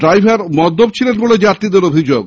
driver মদ্যপ ছিলেন বলে যাত্রীদের অভিযোগ